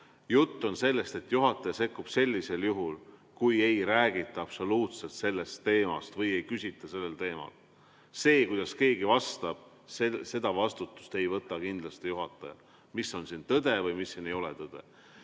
Jutt on sellest, et juhataja sekkub sellisel juhul, kui ei räägita absoluutselt sellest teemast või ei küsita sellel teemal. Kuidas keegi vastab – seda vastutust ei võta kindlasti juhataja, mis on siin tõde või mis ei ole tõde.